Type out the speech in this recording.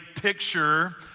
picture